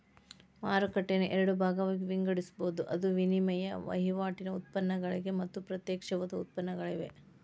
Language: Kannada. ಮಾರುಕಟ್ಟೆಯನ್ನ ಎರಡ ಭಾಗಾಗಿ ವಿಂಗಡಿಸ್ಬೊದ್, ಅದು ವಿನಿಮಯ ವಹಿವಾಟಿನ್ ಉತ್ಪನ್ನಗಳಿಗೆ ಮತ್ತ ಪ್ರತ್ಯಕ್ಷವಾದ ಉತ್ಪನ್ನಗಳಿಗೆ